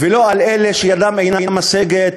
ולא על אלה שידם אינה משגת.